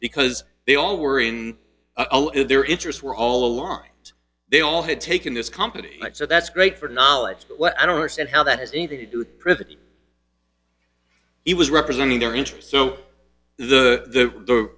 because they all were in their interest were all along they all had taken this company so that's great for knowledge but what i don't understand how that has anything to do pretty it was representing their interest so the the